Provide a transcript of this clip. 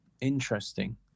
Interesting